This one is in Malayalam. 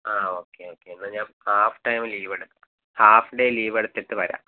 ആ ഓക്കെ ഓക്കെ എന്നാൽ ഞാൻ ഹാഫ് ഡേ ലീവെടുക്കാം ഹാഫ് ഡേ ലീവെടുത്തിട്ട് വരാം